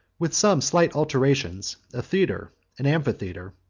with some slight alterations, a theatre, an amphitheatre,